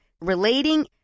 relating